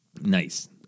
Nice